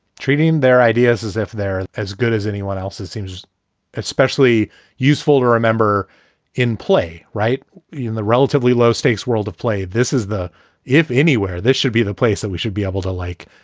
treating their ideas as if they're as good as anyone else's seems especially useful or remember in play right in the relatively low stakes world of play. this is the if anywhere, this should be the place that we should be able to, like,